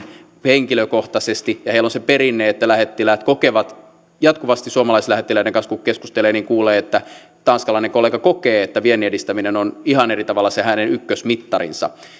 henkilökohtaisesti ja heillä on se perinne että lähettiläät kokevat jatkuvasti suomalaislähettiläiden kanssa kun keskustelee niin kuulee että tanskalainen kollega kokee että vienninedistäminen on ihan eri tavalla se ykkösmittari